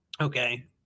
okay